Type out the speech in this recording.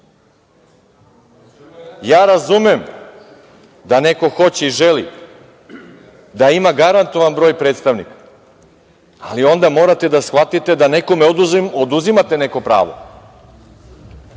razumem da neko hoće i želi da ima garantovan broj predstavnika. Ali, onda morate da shvatite da nekome oduzimate neko pravo,